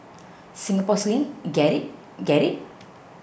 Singapore Sling get it get it